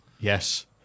Yes